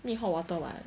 need hot water [what]